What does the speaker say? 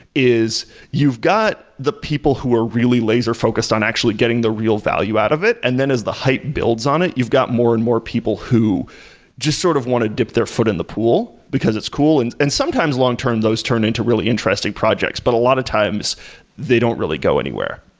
is you've got the people who are really laser-focused on actually getting the real value out of it, and then as the hype builds on it, you've got more and more people who just sort of want to dip their foot in the pool, because it's cool, and and sometimes long term, those turn into really interesting projects, but a lot of times they don't really go anywhere.